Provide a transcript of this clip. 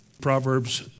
Proverbs